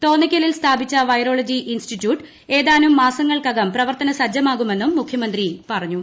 തോന്നയ്ക്കലിൽ government സ്ഥാപിച്ച virology institute ഏതാനും മാസങ്ങൾക്കകം പ്രവർത്തന സജ്ജമാകുമെന്നും മുഖ്യമന്ത്രി പറഞ്ഞു